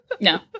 No